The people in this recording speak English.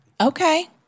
Okay